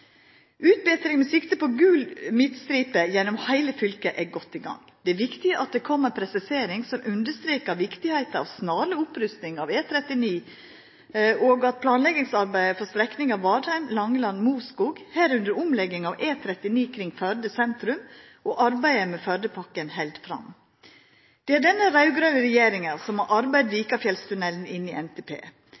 Utbetring med sikte på gul midtstripe gjennom heile fylket er godt i gang. Det er viktig at det kom ei presisering som understrekar viktigheita av snarleg opprusting av E39, og at planleggingsarbeidet for strekninga Vadheim–Langeland–Moskog, med omlegging av E39 kring Førde sentrum, og arbeidet med Førdepakken held fram. Det er denne raud-grøne regjeringa som har arbeidd Vikafjellstunnelen inn i NTP.